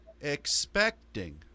expecting